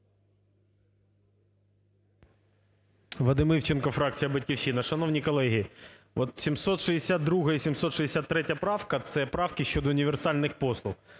Вадим Івченко, фракція "Батьківщина". Шановні колеги, от 762-а і 763-я правки – це правки щодо універсальних послуг.